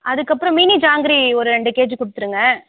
அதுக்கப்புறம் மினி ஜாங்கிரி ஒரு ரெண்டு கேஜி கொடுத்துருங்க